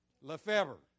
Lefebvre